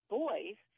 boys